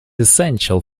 essential